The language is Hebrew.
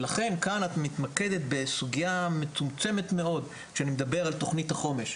ולכן כאן את מתמקדת בסוגייה מצומצמת מאוד כשאני מדבר על תוכנית החומש.